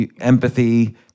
empathy